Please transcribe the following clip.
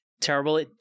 Terrible